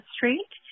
Street